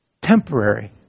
Temporary